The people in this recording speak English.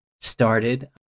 started